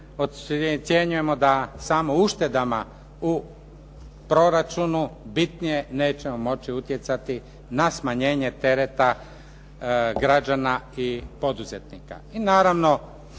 ocjenjujemo da samo uštedama u proračunu bitnije nećemo moći utjecati na smanjenje tereta građana i poduzetnika